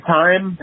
time